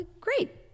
great